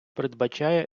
передбачає